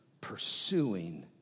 pursuing